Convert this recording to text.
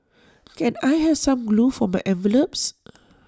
can I have some glue for my envelopes